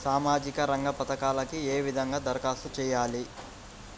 సామాజిక రంగ పథకాలకీ ఏ విధంగా ధరఖాస్తు చేయాలి?